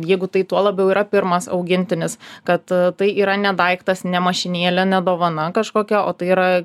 jeigu tai tuo labiau yra pirmas augintinis kad tai yra ne daiktas ne mašinėlė ne dovana kažkokia o tai yra